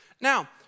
Now